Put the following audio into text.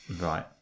Right